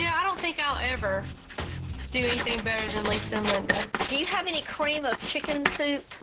yeah don't think i'll ever do anything better than lisa and linda. do you have any cream of chicken soup?